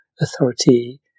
Authority